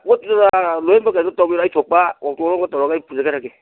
ꯄꯣꯠꯇꯨꯗ ꯂꯣꯏꯝꯕꯛ ꯀꯩꯅꯣ ꯇꯧꯕꯤꯔꯣ ꯑꯩ ꯊꯣꯛꯄ ꯑꯣꯇꯣ ꯑꯃꯗ ꯇꯧꯔꯒ ꯑꯩ ꯄꯨꯖꯒ꯭ꯔꯒꯦ